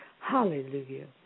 Hallelujah